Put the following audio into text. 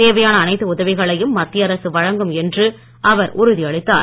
தேவையான அனைத்து உதவிகளையும் மத்திய அரசு வழங்கும் என்று அவர் உறுதி அளித்தார்